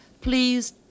please